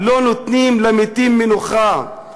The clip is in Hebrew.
לא נותנים למתים מנוחה.